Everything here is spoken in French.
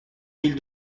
mille